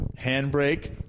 handbrake